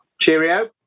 Cheerio